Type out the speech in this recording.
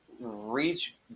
reach